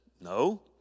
no